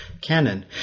canon